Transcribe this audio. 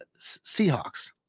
Seahawks